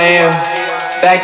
Back